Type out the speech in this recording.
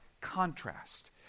contrast